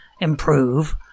improve